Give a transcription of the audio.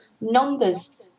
numbers